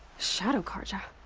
shadow carja?